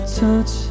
touch